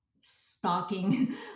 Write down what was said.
stalking